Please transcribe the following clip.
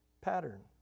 pattern